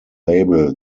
label